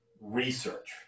research